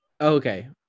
Okay